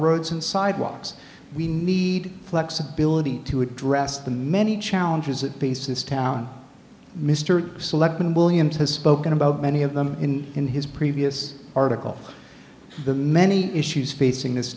roads and sidewalks we need flexibility to address the many challenges that piece this town mr selectman williams has spoken about many of them in in his previous article the many issues facing this